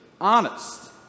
honest